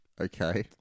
Okay